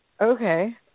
Okay